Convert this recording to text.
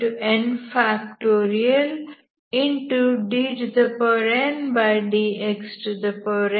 u 11Pn2xdx 1112nn